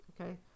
okay